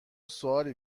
سوالی